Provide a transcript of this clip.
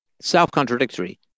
self-contradictory